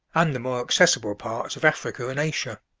and the more accessible parts of africa and asia.